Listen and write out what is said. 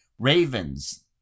Ravens